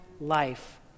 life